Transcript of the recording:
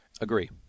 Agree